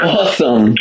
awesome